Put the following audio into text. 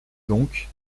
donc